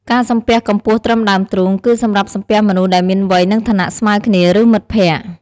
ការសំពះកម្ពស់ត្រឹមដើមទ្រូង គឺសម្រាប់សំពះមនុស្សដែលមានវ័យ និងឋានៈស្មើគ្នា ឬមិត្តភក្តិ។